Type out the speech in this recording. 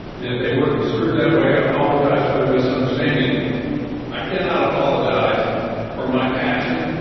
and if they were construed that way, i apologize for their misunderstanding i cannot apologize for my passion